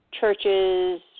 churches